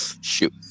Shoot